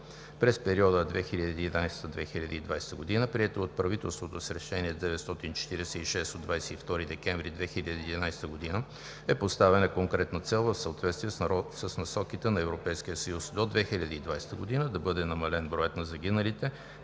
през периода 2011 – 2020 г., приета от правителството с Решение № 946 от 22 декември 2011 г., е поставена конкретна цел в съответствие с насоките на Европейския съюз до 2020 г. да бъде намален броят на загиналите